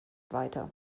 weiter